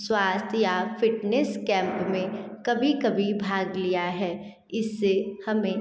स्वास्थ्य या fitness camp में कभी कभी भाग लिया है इससे हमें